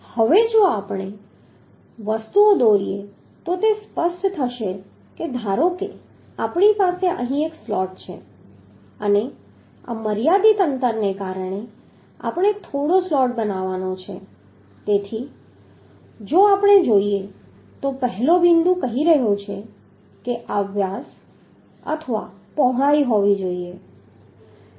હવે જો આપણે વસ્તુઓ દોરીએ તો તે સ્પષ્ટ થશે કે ધારો કે આપણી પાસે અહીં એક સ્લોટ છે અને આ મર્યાદિત અંતરને કારણે આપણે થોડો સ્લોટ બનાવવાનો છે તેથી જો આપણે જોઈએ તો પહેલો બિંદુ કહી રહ્યો છે કે આ વ્યાસ અથવા પહોળાઈ હોવી જોઈએ